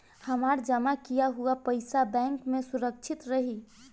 हमार जमा किया हुआ पईसा बैंक में सुरक्षित रहीं?